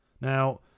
Now